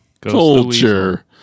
culture